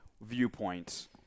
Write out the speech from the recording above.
viewpoints